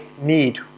need